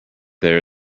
there